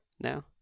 now